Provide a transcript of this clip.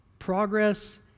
Progress